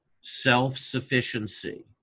self-sufficiency